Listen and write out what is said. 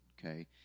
okay